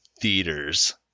theaters